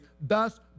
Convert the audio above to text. thus